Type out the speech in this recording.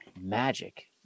magic